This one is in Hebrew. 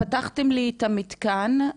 פתחתם לי את המתקן,